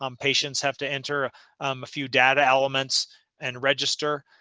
um patients have to enter a few data elements and register.